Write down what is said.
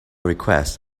request